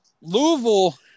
Louisville